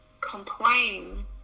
complain